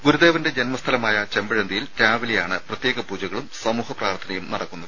ഗുരുദേവന്റെ ജന്മസ്ഥലമായ ചെമ്പഴന്തിയിൽ രാവിലെയാണ് പ്രത്യേക പൂജകളും സമൂഹ പ്രാർത്ഥനയും നടക്കുന്നത്